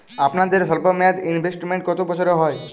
আপনাদের স্বল্পমেয়াদে ইনভেস্টমেন্ট কতো বছরের হয়?